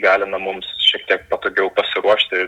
galina mums šiek tiek patogiau pasiruošti